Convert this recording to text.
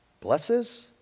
blesses